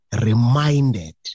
reminded